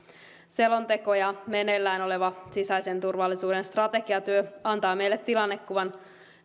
selonteko ja meneillään oleva sisäisen turvallisuuden strategiatyö antavat meille tilannekuvan